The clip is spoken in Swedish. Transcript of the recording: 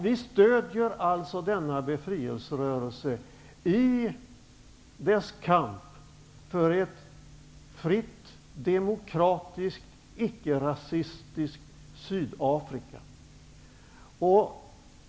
Vi stödjer alltså denna befrielserörelse i dess kamp för ett fritt, demokratiskt, icke-rasistiskt Sydafrika.